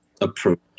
approach